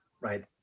right